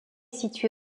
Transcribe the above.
situé